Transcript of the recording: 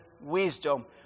wisdom